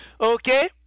okay